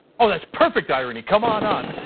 ah that's perfect irony. come on, on,